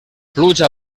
pluja